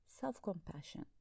self-compassion